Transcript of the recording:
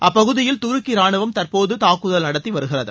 அப்பகுதியில் துருக்கி ராணுவம் தற்போது தாக்குதல் நடத்தி வருகிறது